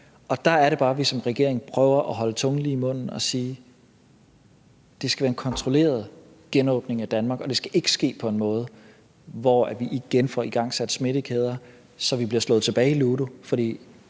og der er det bare, vi som regering prøver at holde tungen lige i munden og sige: Det skal være en kontrolleret genåbning af Danmark, og det skal ikke ske på en måde, hvor vi igen får igangsat smittekæder, så vi bliver slået tilbage i ludo,